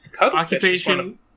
Occupation